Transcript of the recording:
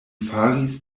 faris